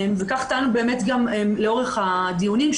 כך טענו לאורך הדיונים,